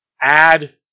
add